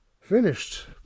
finished